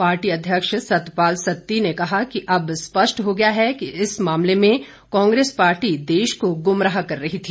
party अध्यक्ष सतपाल सत्ती ने कहा कि अब स्पष्ट हो गया है कि इस मामले में कांग्रेस पार्टी देश को गुमराह कर रही थी